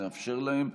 נאפשר להם.